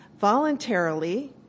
voluntarily